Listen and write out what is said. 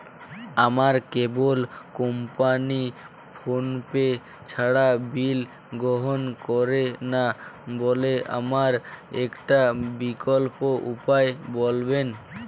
আমার cable company PhonePe ছাড়া bill গ্রহণ করে না বলে আমার একটা বিকল্প উপায় বলবেন?